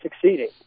succeeding